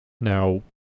Now